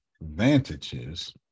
advantages